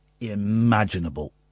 imaginable